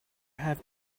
have